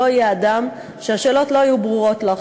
שלא יהיה אדם שהשאלות לא יהיו ברורות לו.